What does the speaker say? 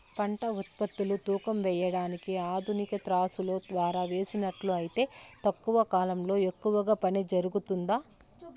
పంట ఉత్పత్తులు తూకం వేయడానికి ఆధునిక త్రాసులో ద్వారా వేసినట్లు అయితే తక్కువ కాలంలో ఎక్కువగా పని జరుగుతుందా?